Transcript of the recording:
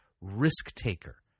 risk-taker